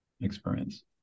experience